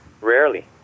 Rarely